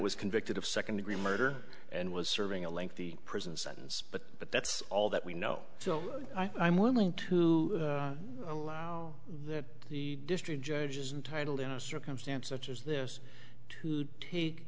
was convicted of second degree murder and was serving a lengthy prison sentence but but that's all that we know so i'm willing to allow that the district judges intitled in a circumstance such as this to take